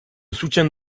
soutiens